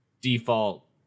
default